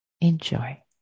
Enjoy